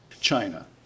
China